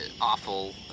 awful